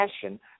passion